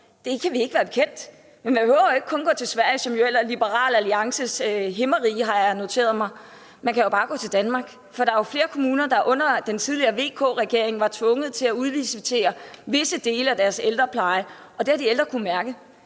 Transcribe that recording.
Det kan vi ikke være bekendt. Man behøver ikke kun at gå til Sverige, som jo ellers er Liberal Alliances himmerige, har jeg noteret mig. Man kan jo bare gå til Danmark, for der er flere kommuner, der under den tidligere VK-regering var tvunget til at udlicitere visse dele af deres ældrepleje, og det har de ældre kunnet mærke,